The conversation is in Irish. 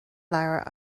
leabhar